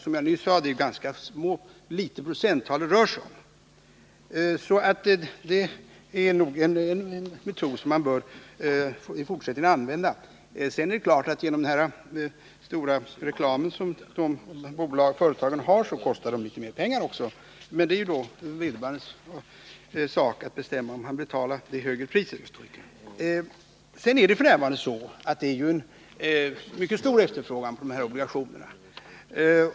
Som jag nyss sade är det ett ganska litet procenttal det rör sig om, så det är nog en metod som man bör använda även i fortsättningen. Det är klart att obligationerna genom den stora reklam som företagen har för dem kostar litet mer pengar också, men det är ju köparens sak att bestämma att han vill betala det högre priset. F. n. är det mycket stor efterfrågan på de här obligationerna.